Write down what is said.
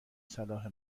صلاح